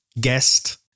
guest